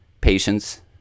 patience